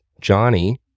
Johnny